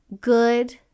good